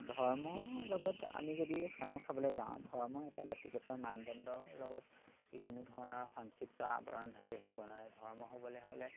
ধৰ্মৰ লগত আমি যদি সাঙু খাবলে যাওঁ ধৰ্ম এটা জাতিগত মানদণ্ডৰ লগত ই কোনো ধৰণৰ সংক্ষিপ্ত আৱৰণ ধাকি ৰাখিব নোৱাৰে ধৰ্ম হ'বলে হ'লে